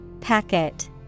Packet